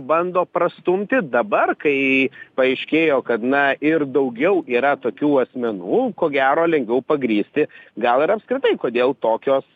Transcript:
bando prastumti dabar kai paaiškėjo kad na ir daugiau yra tokių asmenų ko gero lengviau pagrįsti gal ir apskritai kodėl tokios